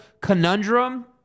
conundrum